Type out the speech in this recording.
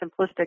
simplistic